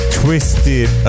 twisted